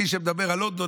יש מי שמדבר על לונדון.